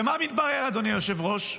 ומה מתברר, אדוני היושב-ראש?